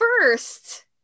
first